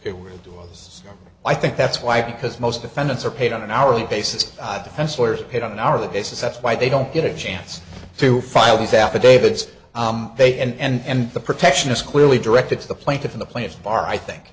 it was i think that's why because most defendants are paid on an hourly basis i defense lawyers paid on an hourly basis that's why they don't get a chance to file these affidavits they and the protection is clearly directed to the plaintiff in the plaintiff's bar i think